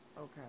Okay